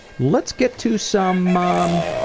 let's get to some um